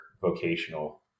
vocational